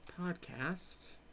podcast